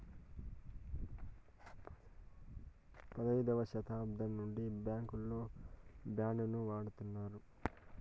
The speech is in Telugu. పదైదవ శతాబ్దం నుండి బ్యాంకుల్లో బాండ్ ను వాడుతున్నారు